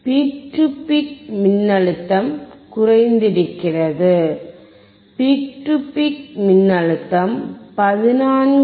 peak to peak மின்னழுத்தம் குறைந்திருக்கிறது peak to peak மின்னழுத்தம் 14